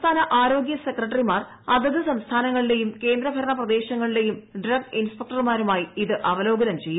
സംസ്ഥാന ആരോഗ്യ സെക്രട്ടറിമാർ അതത് സംസ്ഥാനൂങ്ങളില്ലെയും കേന്ദ്ര ഭരണ പ്രദേശങ്ങളിലെയും ഡ്രഗ് ഇൻസ്പെക്ടർമാരുമായി ഇത് അവലോകനം ചെയ്യും